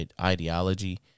ideology